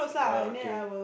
ya okay